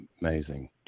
amazing